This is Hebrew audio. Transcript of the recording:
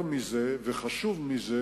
ואולי יותר מזה וחשוב מזה,